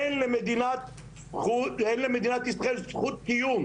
אין למדינת ישראל זכות קיום,